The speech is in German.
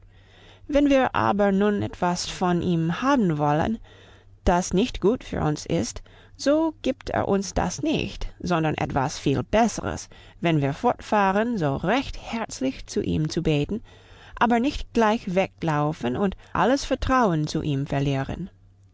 wenn wir aber nun etwas von ihm haben wollen das nicht gut für uns ist so gibt er uns das nicht sondern etwas viel besseres wenn wir fortfahren so recht herzlich zu ihm zu beten aber nicht gleich weglaufen und alles vertrauen zu ihm verlieren